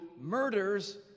murders